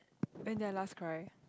when did I last cry